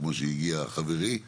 כמו שהגיע חברי היקר.